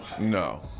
No